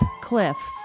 cliffs